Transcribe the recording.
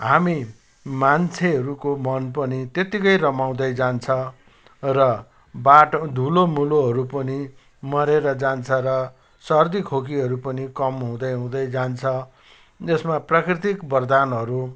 हामी मान्छेहरूको मन पनि त्यतिकै रमाउँदै जान्छ र बाटो धुलोमुलोहरू पनि मरेर जान्छ र सर्दीखोकीहरू पनि कम हुँदै हुँदै जान्छ जसमा प्रकृतिक वरदानहरू